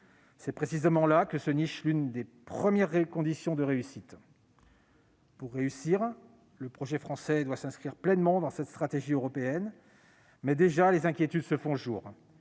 C'est précisément là que se niche l'une des premières conditions de notre succès. Pour réussir, le projet français doit s'inscrire pleinement dans cette stratégie européenne. Or des inquiétudes se font déjà